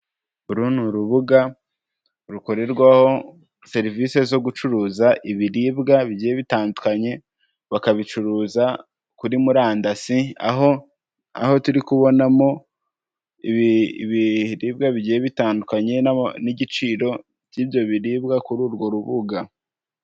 Uru ni rubuga rukorerwaho serivise zo gucuruza ibiribwa bigiye bitandukanye bakabicuruza kuri murandasi aho, aho turi kubonamo ibiribwa bigiye bitandukanye n'igiciro by'ibyo biribwa kuri urwo rubuga.